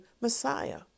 Messiah